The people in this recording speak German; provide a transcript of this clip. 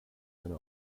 eine